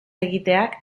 egiteak